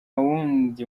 wundi